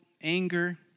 Anger